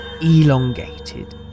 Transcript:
elongated